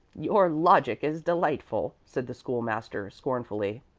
your logic is delightful, said the school-master, scornfully.